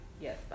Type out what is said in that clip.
yes